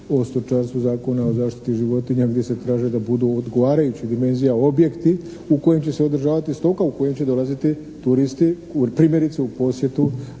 o stočarstvu, Zakona o zaštiti životinja gdje se traže da budu odgovarajućih dimenzija objekti u kojem će se održavati stoka u kojem će dolaziti turisti primjerice u posjetu